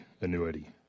annuity